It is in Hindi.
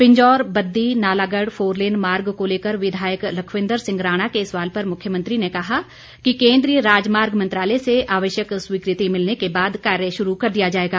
पिंजौर बद्दी नालागढ़ फोरलेन मार्ग को लेकर विधायक लखविंद्र सिंह राणा के सवाल पर मुख्यमंत्री जयराम ठाकुर ने कहा कि केंद्रीय राजमार्ग मंत्रालय से आवश्यक स्वीकृति मिलने के बाद कार्य शुरू कर दिया जाएगा